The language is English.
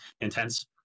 intense